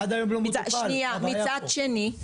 מצד שני,